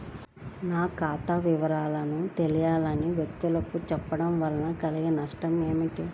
నా ఖాతా వివరాలను తెలియని వ్యక్తులకు చెప్పడం వల్ల కలిగే నష్టమేంటి?